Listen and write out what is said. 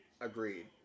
Agreed